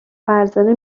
فرزانه